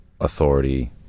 authority